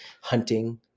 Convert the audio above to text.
hunting